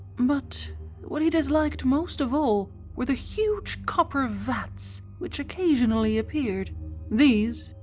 but what he disliked most of all were the huge copper vats which occasionally appeared these,